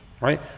right